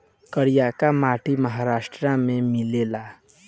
करियाका माटी महाराष्ट्र में मिलेला